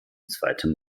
zweite